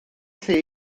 lle